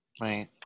right